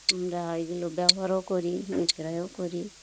আমরা এইগুলো ব্যবহারও করি বিক্রয়ও করি